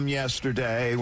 yesterday